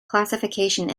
classification